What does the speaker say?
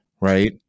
right